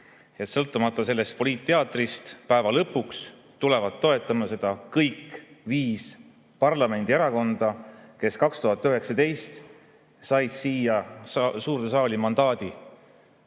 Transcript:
sõltumata sellest poliitteatrist tulevad lõpuks seda toetama kõik viis parlamendierakonda, kes 2019 said siia suurde saali mandaadi. Head